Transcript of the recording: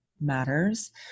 matters